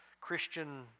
Christian